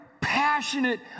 passionate